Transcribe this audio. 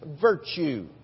virtue